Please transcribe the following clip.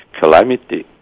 calamity